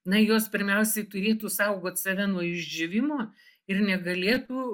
na jos pirmiausiai turėtų saugot save nuo išdžiūvimo ir negalėtų